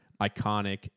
iconic